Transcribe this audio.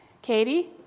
Katie